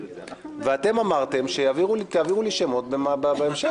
ואתם אמרתם שתעבירו לי שמות בהמשך.